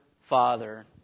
Father